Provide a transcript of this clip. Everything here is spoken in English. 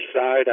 Side